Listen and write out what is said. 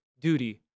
duty